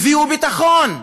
הביאו ביטחון?